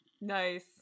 Nice